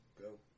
Go